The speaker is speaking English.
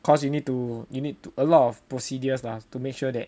cause you need to you need a lot of procedures lah to make sure that